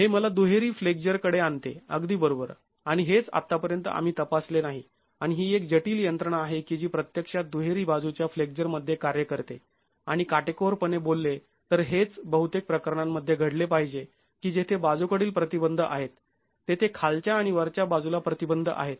हे मला दुहेरी फ्लेक्झर कडे आणते अगदी बरोबर आणि हेच आतापर्यंत आम्ही तपासले नाही आणि ही एक जटिल यंत्रणा आहे की जी प्रत्यक्षात दुहेरी बाजूच्या फ्लेक्झर मध्ये कार्य करते आणि काटेकोरपणे बोलले तर हेच बहुतेक प्रकरणांमध्ये घडले पाहिजे की जेथे बाजूकडील प्रतिबंध आहेत तेथे खालच्या आणि वरच्या बाजूला प्रतिबंध आहेत